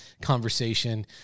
conversation